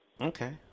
Okay